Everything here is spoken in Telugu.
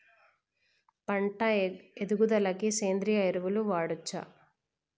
పంట ఎదుగుదలకి సేంద్రీయ ఎరువులు వాడచ్చా?